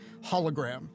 hologram